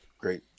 Great